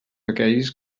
aquells